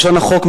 כלשון החוק,